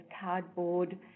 cardboard